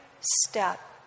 step